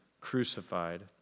crucified